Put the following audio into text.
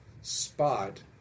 spot